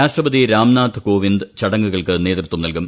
രാഷ്ട്രപതി രാംനാഥ് കോവിന്ദ് ചടങ്ങുകൾക്ക് നേതൃത്വം നൽകും